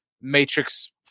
Matrix